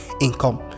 income